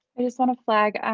and just want to flag and